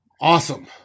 Awesome